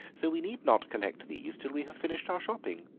so we need not collect these till we have finished our shopping.